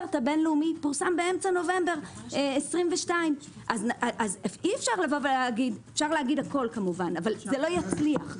הסטנדרט הבין לאומי פורסם באמצע נובמבר 22'. אי אפשר לומר אפשר לומר הכול אך זה לא יצליח.